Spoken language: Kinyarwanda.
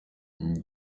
ngo